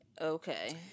okay